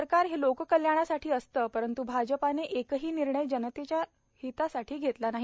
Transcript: सरकार हे लोककल्याणासाठी असते परंत् भाजपाने एक ही निर्णय जनतेसाठी घेतला नाही